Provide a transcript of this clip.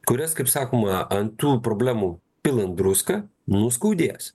kurias kaip sakoma ant tų problemų pilant druską nu skaudės